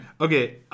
okay